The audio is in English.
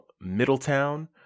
middletown